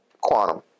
quantum